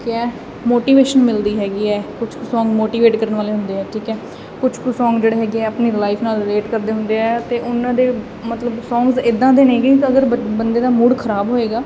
ਕਿ ਹੈ ਮੋਟੀਵੇਸ਼ਨ ਮਿਲ ਰਹੀ ਹੈਗੀ ਹੈ ਕੁਝ ਕੁ ਸੋਂਗ ਮੋਟੀਵੇਟ ਕਰਨ ਵਾਲੇ ਹੁੰਦੇ ਆ ਠੀਕ ਹੈ ਕੁਛ ਕੁ ਸੋਂਗ ਜਿਹੜੇ ਹੈਗੇ ਆਪਣੀ ਲਾਈਫ ਨਾਲ ਰਿਲੇਟ ਕਰਦੇ ਹੁੰਦੇ ਆ ਅਤੇ ਉਹਨਾਂ ਦੇ ਮਤਲਬ ਸੌਗਸ ਇੱਦਾਂ ਦੇ ਨੇਗੇ ਅਗਰ ਬ ਬੰਦੇ ਦਾ ਮੂਡ ਖਰਾਬ ਹੋਏਗਾ